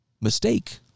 Mistake